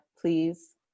please